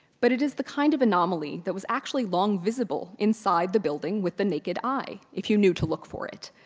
but it is the kind of anomaly that was actually long visible inside the building with the naked eye if you knew to look for it.